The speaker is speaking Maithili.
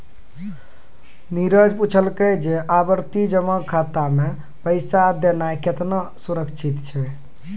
नीरज पुछलकै जे आवर्ति जमा खाता मे पैसा देनाय केतना सुरक्षित छै?